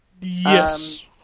Yes